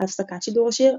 על הפסקת שידור השיר,